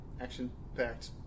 action-packed